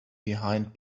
behind